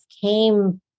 came